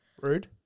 Rude